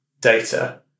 data